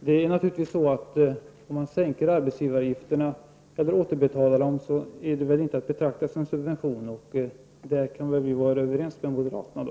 Herr talman! Om man sänker arbetsgivaravgifterna eller återbetalar dem, är det väl inte att betrakta som subvention. Så där kan vi väl vara överens med moderaterna då.